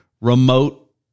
remote